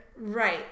Right